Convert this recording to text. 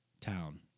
town